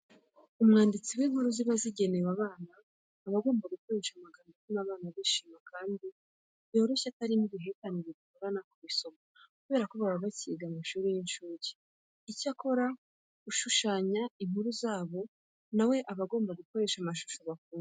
Umwanditsi w'inkuru ziba zigenewe abana aba agomba gukoresha amagambo atuma abana bishima kandi yoroshye atarimo ibihekane bibagora kubisoma kubera ko baba bakiga mu mashuri y'incuke. Icyakora ushashanya inkuru zabo na we aba agomba gukoresha amashusho bakunda.